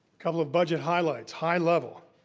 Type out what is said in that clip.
couple of budget highlights, high level.